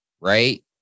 right